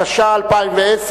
התש"ע 2010,